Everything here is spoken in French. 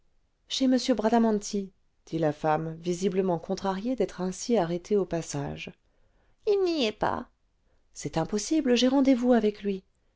chez m bradamanti dit la femme visiblement contrariée d'être ainsi arrêtée au passage il n'y est pas c'est impossible j'ai rendez-vous avec lui